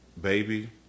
baby